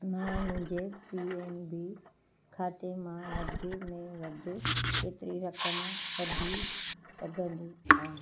मां मुंहिंजे P N B खाते मां वधि में वधि केतिरी रक़म कढी सघंदी आहियां